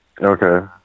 Okay